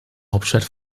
hauptstadt